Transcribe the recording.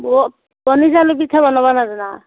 পিঠা বনাব নাজানা